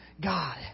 God